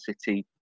City